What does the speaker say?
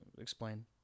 Explain